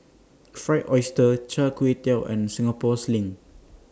Fried Oyster Char Kway Teow and Singapore Sling